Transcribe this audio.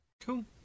Cool